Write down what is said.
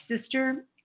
sister